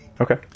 Okay